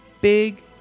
big